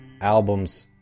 albums